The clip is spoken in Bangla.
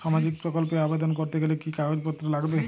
সামাজিক প্রকল্প এ আবেদন করতে গেলে কি কাগজ পত্র লাগবে?